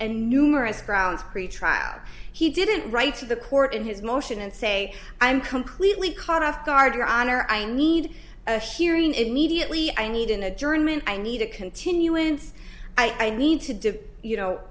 and numerous grounds pretrial he didn't write to the court in his motion and say i'm completely caught off guard your honor i need a sheering immediately i need an adjournment i need a continuance i need to do you know